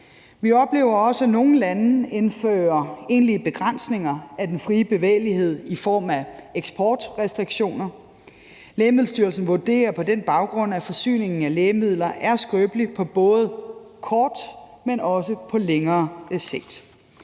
Vi oplever også, at nogle lande indfører egentlige begrænsninger af den frie bevægelighed i form af eksportrestriktioner. Lægemiddelstyrelsen vurderer på den baggrund, at forsyningen af lægemidler er skrøbelig på både kort, men også på længere sigt.